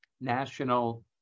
National